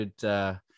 good